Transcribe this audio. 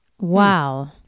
Wow